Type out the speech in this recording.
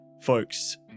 Folks